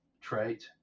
trait